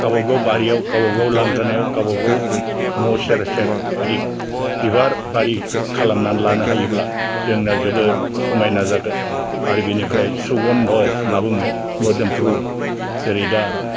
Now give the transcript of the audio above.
गावबा गाव बारियाव गावबा गाव लांगोनायाव गावबा गाव न' सेर सेर जुदि बिबार बारि खालामनानै लानो हायोब्ला जोंना जोबोर समायना जागोन आरो बिनिफ्राय सुगन्ध' होनना बुङो मोदोमफ्रु जेरै दा